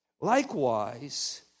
Likewise